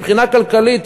מבחינה כלכלית,